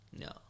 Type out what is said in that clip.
No